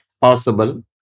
possible